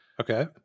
Okay